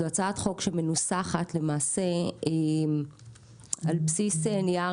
זו הצעת חוק שמנוסחת למעשה על בסיס נייר